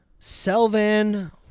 Selvan